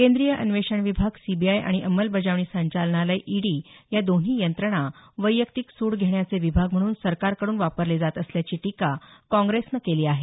केंद्रीय अन्वेषण विभाग सीबीआय आणि अंमलबजावणी संचालनालय ईडी या दोन्ही यंत्रणा वैयक्तिक सूड घेण्याचे विभाग म्हणून सरकारकडून वापरले जात असल्याची टीका काँग्रेसनं केली आहे